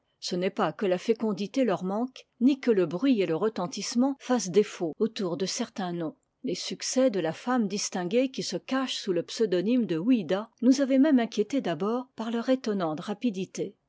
ce n'est pas que la fécondité leur manque ni que le bruit et le retentissement fassent défaut autour de certains noms les succès de la femme distinguée qui se cache sous le pseudonyme de ouida nous avaient même inquiétés d'abord par leur étonnante rapidité